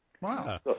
Wow